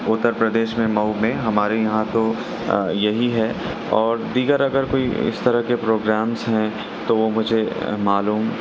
اترپردیش میں مئو میں ہمارے یہاں تو یہی ہے اور دیگر اگر کوئی اس طرح کے پروگرامس ہیں تو وہ مجھے معلوم